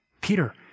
Peter